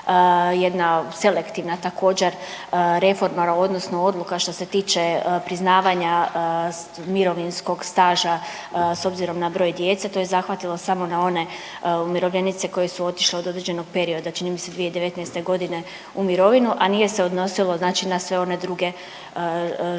jedna selektivna također reforma odnosno odluka što se tiče priznavanja mirovinskog staža s obzirom na broj djece, to je zahvatilo samo na one umirovljenice koje su otišle od određenog perioda, čini mi se 2019.g. u mirovinu, a nije se odnosilo znači na sve one druge žene